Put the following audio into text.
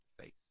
face